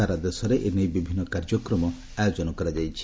ସାରା ଦେଶରେ ଏନେଇ ବିଭିନ୍ନ କାର୍ଯ୍ୟକ୍ରମ ଆୟୋଜନ କରାଯାଇଛି